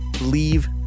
leave